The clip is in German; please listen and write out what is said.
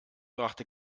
brachte